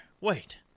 Wait